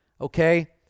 okay